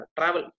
Travel